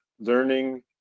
learning